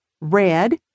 red